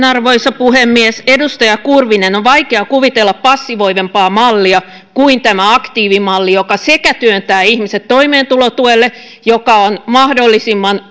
arvoisa puhemies edustaja kurvinen on vaikea kuvitella passivoivampaa mallia kuin tämä aktiivimalli joka sekä työntää ihmiset toimeentulotuelle joka on mahdollisimman